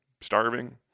Starving